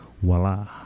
voila